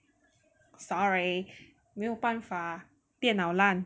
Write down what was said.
sorry 没有办法电脑烂